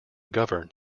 govern